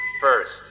first